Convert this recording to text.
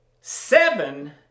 Seven